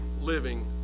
living